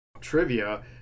trivia